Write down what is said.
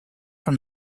from